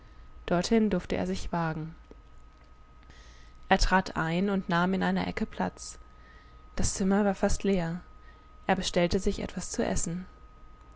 dorthin durfte er sich wagen er trat ein und nahm in einer ecke platz das zimmer war fast leer er bestellte sich etwas zu essen